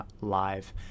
Live